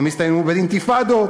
הם הסתיימו באינתיפאדות,